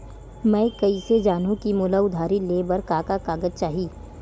मैं कइसे जानहुँ कि मोला उधारी ले बर का का कागज चाही?